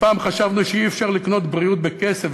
ופעם חשבנו שאי-אפשר לקנות בריאות בכסף,